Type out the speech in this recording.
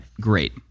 great